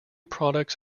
products